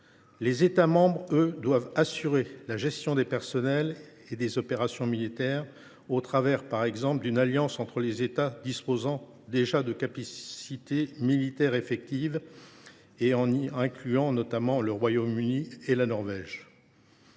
Les États membres, eux, doivent assurer la gestion des personnels et des opérations militaires au travers, par exemple, d’une alliance entre les États disposant déjà de capacités militaires opérationnelles, en y incluant notamment le Royaume Uni et la Norvège.